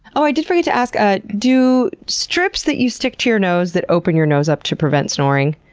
oh, i did forget to ask, ah do strips that you stick to your nose that open your nose up to prevent snoring,